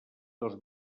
dos